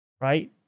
right